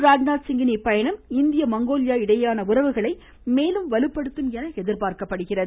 ராஜ்நாத்சிங்கின் இப்பயணம் India Mongolia இடையேயான உறவுகளை மேலும் வலுப்படுத்தும் என எதிர்பார்க்கப்படுகிறது